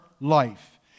life